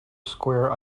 square